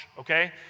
Okay